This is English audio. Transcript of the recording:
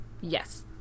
yes